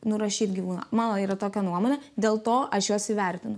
nurašyt gyvūną man yra tokia nuomonė dėl to aš juos įvertinu